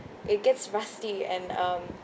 it gets rusty and um